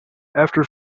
after